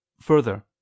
Further